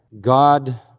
God